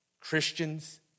Christians